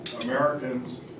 Americans